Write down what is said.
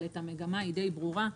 אבל המגמה די ברורה,